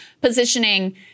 positioning